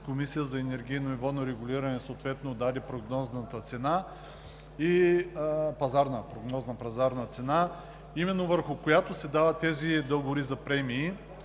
Комисията за енергийно и водно регулиране даде прогнозната пазарна цена, върху която се дават тези договори за премии.